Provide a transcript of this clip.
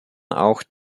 auch